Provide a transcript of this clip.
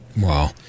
wow